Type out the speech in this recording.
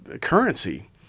currency